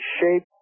shape